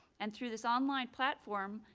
and through this online platform,